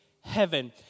heaven